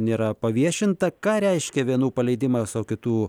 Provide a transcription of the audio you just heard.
nėra paviešinta ką reiškia vienų paleidimas o kitų